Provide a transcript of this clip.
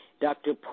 Dr